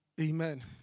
Amen